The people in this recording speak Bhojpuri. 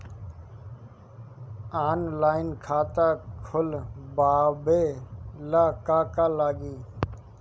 ऑनलाइन खाता खोलबाबे ला का का लागि?